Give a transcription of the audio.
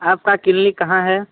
आपका क्लिनिक कहाँ है